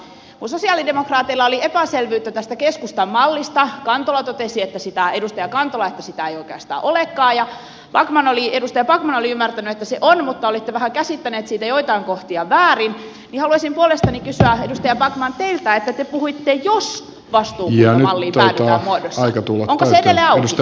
kun sosialidemokraateilla oli epäselvyyttä tästä keskustan mallista edustaja kantola totesi että sitä ei oikeastaan olekaan ja edustaja backman oli ymmärtänyt että se on mutta olitte vähän käsittänyt siitä joitain kohtia väärin niin haluaisin puolestani kysyä edustaja backman teiltä että kun te puhuitte jos vastuukuntamalliin päädytään muodossa niin onko se edelleen auki